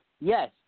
Yes